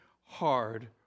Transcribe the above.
hard